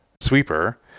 sweeper